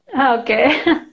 Okay